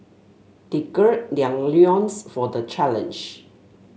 they gird their loins for the challenge